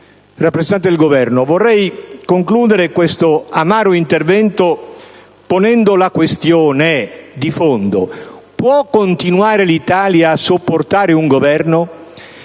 rappresentante del Governo, vorrei concludere questo amaro intervento ponendo la questione di fondo: l'Italia può continuare a sopportare un Governo